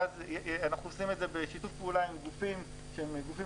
ואז אנחנו עושים את זה בשיתוף פעולה עם גופים פילנטרופיים,